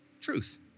Truth